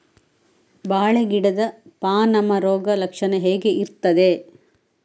ಬಾಳೆ ಗಿಡದ ಪಾನಮ ರೋಗ ಲಕ್ಷಣ ಹೇಗೆ ಇರ್ತದೆ?